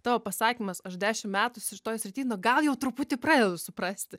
tavo pasakymas aš dešim metų šitoj srity nu gal jau truputį pradedu suprasti